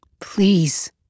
Please